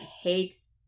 hates